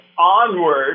onward